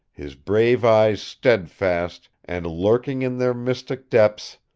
his brave eyes steadfast, and, lurking in their mystic depths,